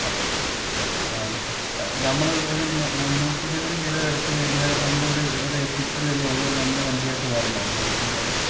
ആ ആ നമ്മൾ ഒരു മുന്നൂറ്റി ഇരുപത് കിലോ എടുത്ത് കഴിഞ്ഞാൽ നമ്മളിവിടെ ഇവിടെ എത്തിച്ച് തരുമോ അതോ നമ്മൾ വണ്ടിയായിട്ട് വരണോ നമുക്ക് പോകണ്ടേ